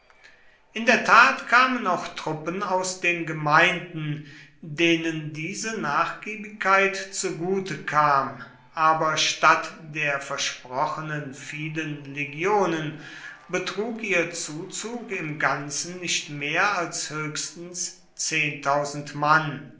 in der tat kamen auch truppen aus den gemeinden denen diese nachgiebigkeit zugute kam aber statt der versprochenen vielen legionen betrug ihr zuzug im ganzen nicht mehr als höchstens zehntausend mann